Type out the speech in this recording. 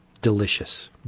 delicious